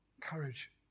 courage